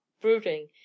brooding